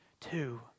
Two